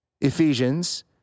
Ephesians